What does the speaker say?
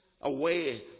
away